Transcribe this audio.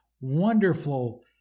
wonderful